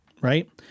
right